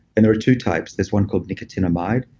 and there are two types there's one called nicotinamide,